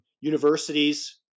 Universities